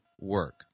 work